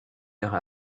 heure